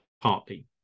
partly